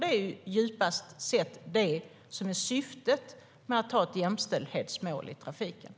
Det är nämligen djupast sett det som är syftet med att ha ett jämställdhetsmål i trafiken.